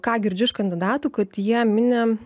ką girdžiu iš kandidatų kad jie mini